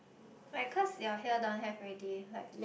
right cause your here don't have already like